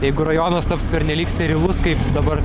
jeigu rajonas taps pernelyg sterilus kaip dabar